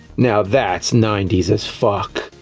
now, that's ninety s as fuck!